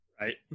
Right